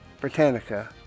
Britannica